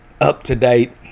up-to-date